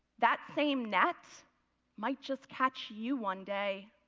that same net might just catch you one day.